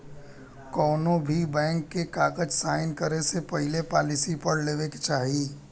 कौनोभी बैंक के कागज़ साइन करे से पहले पॉलिसी पढ़ लेवे के चाही